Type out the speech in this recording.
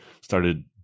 started